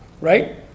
right